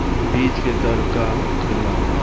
बीज के दर का होखेला?